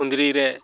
ᱠᱷᱩᱱᱫᱨᱤᱨᱮ